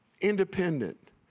independent